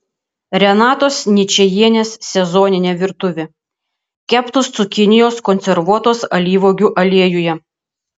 renatos ničajienės sezoninė virtuvė keptos cukinijos konservuotos alyvuogių aliejuje